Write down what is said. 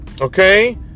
okay